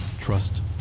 trust